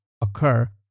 occur